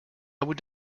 would